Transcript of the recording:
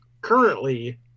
currently